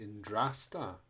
Indrasta